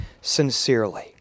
sincerely